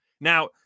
Now